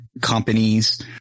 companies